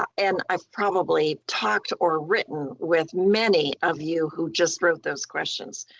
and i've probably talked or written with many of you who just wrote those questions.